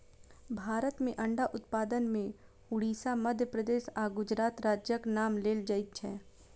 भारत मे अंडा उत्पादन मे उड़िसा, मध्य प्रदेश आ गुजरात राज्यक नाम लेल जाइत छै